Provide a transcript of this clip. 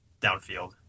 downfield